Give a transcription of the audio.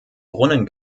brunnen